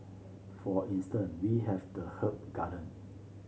for instance we have the herb garden